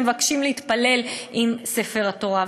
הם מבקשים להתפלל עם ספר התורה.